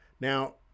Now